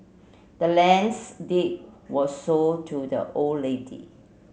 the land's deed was sold to the old lady